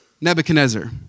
Nebuchadnezzar